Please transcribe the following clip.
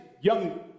young